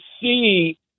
see